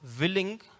willing